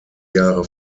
jahre